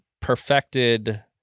perfected